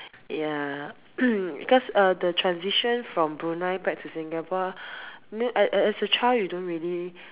ya cause uh the transition from Brunei back to Singapore as as as a child you don't really